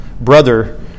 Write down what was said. brother